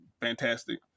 fantastic